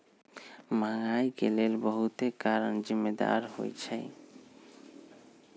महंगाई के लेल बहुते कारन जिम्मेदार होइ छइ